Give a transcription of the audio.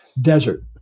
desert